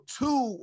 two